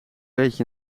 beetje